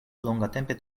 longatempe